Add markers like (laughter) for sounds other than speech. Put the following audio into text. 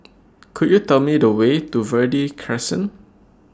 (noise) Could YOU Tell Me The Way to Verde Crescent